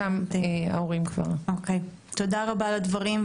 שם ההורים כבר --- תודה רבה על הדברים,